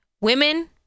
women